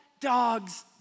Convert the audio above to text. dogs